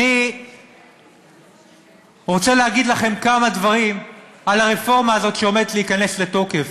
אני רוצה להגיד לכם כמה דברים על הרפורמה הזאת שעומדת להיכנס לתוקף.